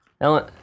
Ellen